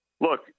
Look